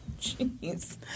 Jeez